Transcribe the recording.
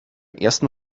ersten